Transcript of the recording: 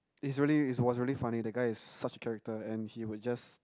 it's really it was really funny the guy such character and he would just